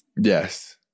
Yes